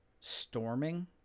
storming